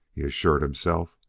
he assured himself.